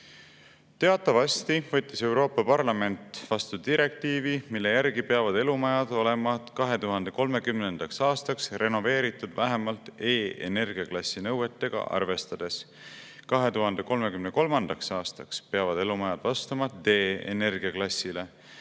Teatavasti võttis Euroopa Parlament vastu direktiivi, mille järgi peavad elumajad olema 2030. aastaks renoveeritud vähemalt E‑energiaklassi nõudeid arvestades. 2033. aastaks peavad elumajad vastama D‑energiaklassile.